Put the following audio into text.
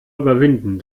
überwinden